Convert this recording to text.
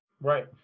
Right